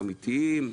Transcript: אמיתיים,